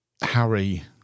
Harry